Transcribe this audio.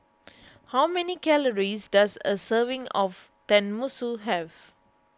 how many calories does a serving of Tenmusu have